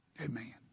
Amen